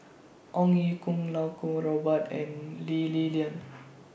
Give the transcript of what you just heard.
Ong Ye Kung Iau Kuo Kwong Robert and Lee Li Lian